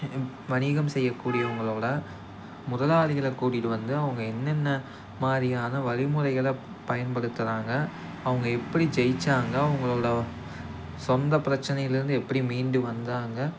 வணிகம் செய்யக்கூடியவங்களோட முதலாளிகளை கூட்டிட்டு வந்து அவங்க என்னென்ன மாதிரியான வழி முறைகள பயன்படுத்துகிறாங்க அவங்க எப்படி ஜெயித்தாங்க அவங்களோட சொந்த பிரச்சனையிலேருந்து எப்படி மீண்டு வந்தாங்க